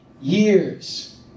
years